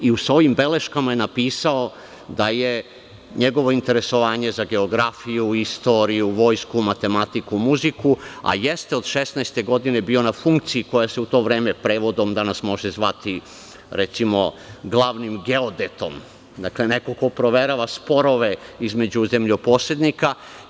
U svojim beleškama je napisao da je njegovo interesovanje za geografiju, istoriju, vojsku, matematiku, muziku, a jeste od šesnaeste godine bio na funkciji koja se u to vreme prevodom danas može zvati, recimo, glavnim geodetom - neko ko proverava sporove između zemljoposednika.